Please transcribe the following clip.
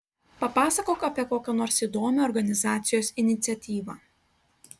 papasakok apie kokią nors įdomią organizacijos iniciatyvą